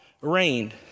reigned